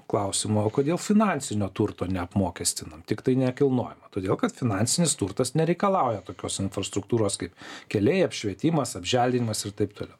klausimo o kodėl finansinio turto neapmokestinam tiktai nekilnojamą todėl kad finansinis turtas nereikalauja tokios infrastruktūros kaip keliai apšvietimas apželdinimas ir taip toliau